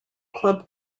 club